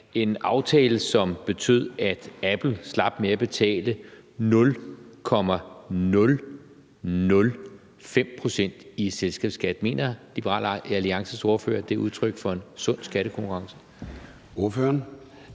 en aftale, som betød, at Apple slap med at betale 0,005 pct. i selskabsskat. Mener Liberal Alliances ordfører, at det er udtryk for en sund skattekonkurrence? Kl.